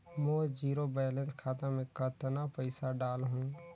मोर zero balance खाता मे कतना पइसा डाल हूं?